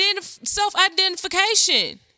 self-identification